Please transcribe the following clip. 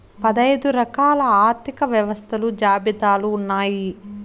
పదైదు రకాల ఆర్థిక వ్యవస్థలు జాబితాలు ఉన్నాయి